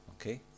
Okay